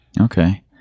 Okay